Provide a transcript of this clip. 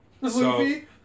Luffy